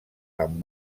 amb